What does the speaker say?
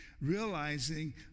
realizing